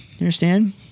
Understand